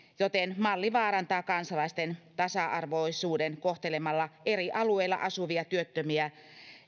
joten malli vaarantaa kansalaisten tasa arvoisuuden kohtelemalla eri alueilla asuvia työttömiä